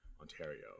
Ontario